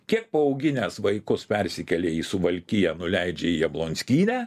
kiek paauginęs vaikus persikėlia į suvalkiją nuleidžia jablonskytę